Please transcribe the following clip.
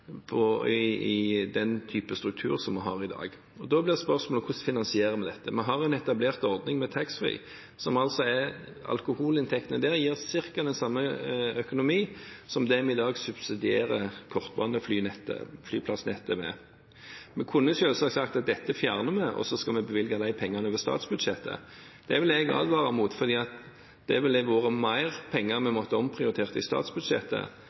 den type struktur som vi har i dag. Da blir spørsmålet: Hvordan finansierer vi dette? Vi har en etablert ordning med taxfree-salg, hvor alkoholinntektene gir ca. samme økonomi som det vi i dag subsidierer kortbaneflyplassnettet med. Vi kunne selvsagt sagt at dette fjerner vi, og så bevilge de pengene over statsbudsjettet. Det vil jeg advare mot, for da ville det blitt mer penger vi måtte ha omprioritert i statsbudsjettet,